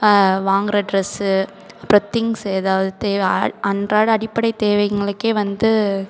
வாங்குகிற ட்ரஸ்ஸு அப்புறம் திங்ஸ்ஸு ஏதாவது தேவை அன்றாட அடிப்படை தேவைகளுக்கே வந்து